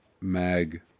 mag